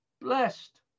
blessed